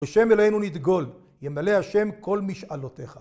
בשם אלוהינו נדגול, ימלא השם כל משאלותיך.